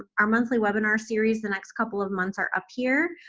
our monthly webinar series the next couple of months are up here.